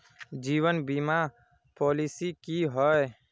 जीवन बीमा पॉलिसी की होय?